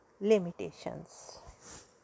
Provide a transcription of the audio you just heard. limitations